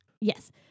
Yes